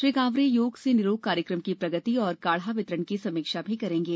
श्री कावरे योग से निरोग कार्यक्रम की प्रगति और काढ़ा वितरण की समीक्षा भी करेंगे